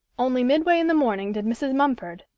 only midway in the morning did mrs. mumford,